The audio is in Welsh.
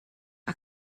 mae